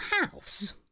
house